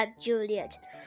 Juliet